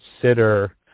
consider